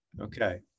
Okay